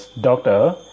doctor